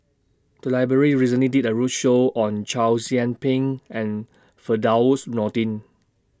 The Library recently did A roadshow on Chow Yian Ping and Firdaus Nordin